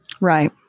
Right